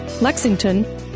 Lexington